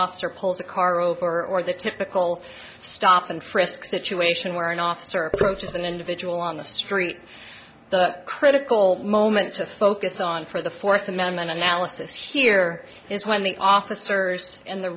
officer pulls a car over or the typical stop and frisk situation where an officer approaches an individual on the street the critical moment to focus on for the fourth amendment analysis here is when the officers in the